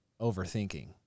overthinking